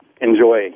enjoy